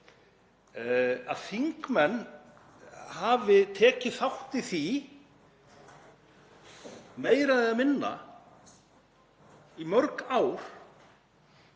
að þingmenn hafi tekið þátt í því meira eða minna í mörg ár